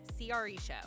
CREshow